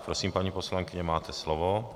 Prosím, paní poslankyně, máte slovo.